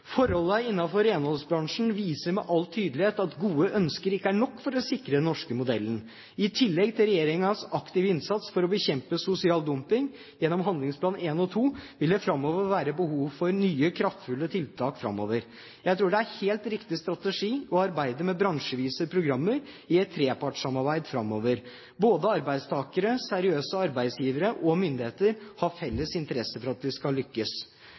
renholdsbransjen viser med all tydelighet at gode ønsker ikke er nok for å sikre den norske modellen. I tillegg til regjeringens aktive innsats for å bekjempe sosial dumping gjennom handlingsplan 1 og 2 vil det framover være behov for nye kraftfulle tiltak. Jeg tror det er en helt riktig strategi å arbeide med bransjevise programmer i et trepartssamarbeid framover. Både arbeidstakere, seriøse arbeidsgivere og myndigheter har felles interesse i at vi skal lykkes.